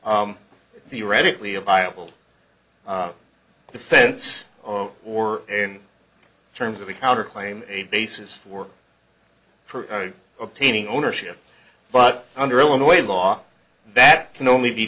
theoretically a viable defense or or in terms of the counterclaim a basis for obtaining ownership but under illinois law that can only be